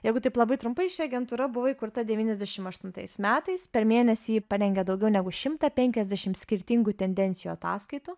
jeigu taip labai trumpai agentūra buvo įkurta devyniasdešim aštuntais metais per mėnesį ji parengė daugiau negu šimtą penkiasdešim skirtingų tendencijų ataskaitų